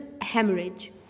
hemorrhage